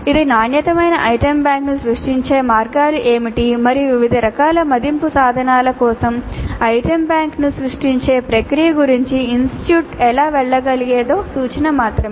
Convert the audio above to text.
ఇది నాణ్యమైన ఐటెమ్ బ్యాంక్ను సృష్టించే మార్గాలు ఏమిటి మరియు వివిధ రకాల మదింపు సాధనాల కోసం ఐటెమ్ బ్యాంక్ను సృష్టించే ప్రక్రియ గురించి ఇన్స్టిట్యూట్ ఎలా వెళ్ళగలదో సూచిక మాత్రమే